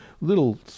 little